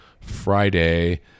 Friday